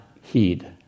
heed